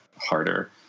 harder